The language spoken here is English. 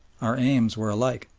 our aims were alike.